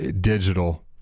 digital